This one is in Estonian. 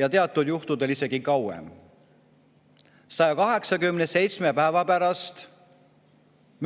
ja teatud juhtudel isegi kauem. 187 päeva